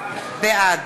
(קוראת בשמות חברי הכנסת) עבדאללה אבו מערוף, בעד